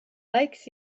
likes